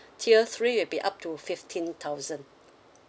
tier three it be up to fifteen thousand